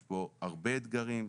יש פה הרבה אתגרים,